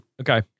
Okay